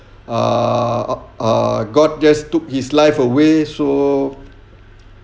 err err god just took his life away so